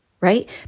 right